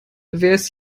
ist